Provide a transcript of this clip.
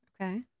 Okay